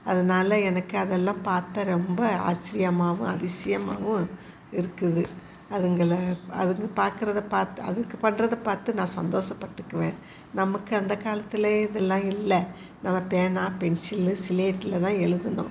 அதனால எனக்கு அதெல்லாம் பார்த்தா ரொம்ப ஆச்சரியமாவும் அதிசயமாவும் இருக்குது அதுங்கள அதுங்க பார்க்குறத பார்த்து அதுங்க பண்ணுறத பார்த்து நான் சந்தோசப்பட்டுக்குவேன் நமக்கு அந்த காலத்தில் இதெல்லாம் இல்லை நம்ம பேனா பென்சில் சிலேட்லதான் எழுதுனோம்